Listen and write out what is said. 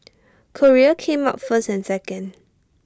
Korea came out first and second